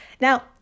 now